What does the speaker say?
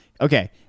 okay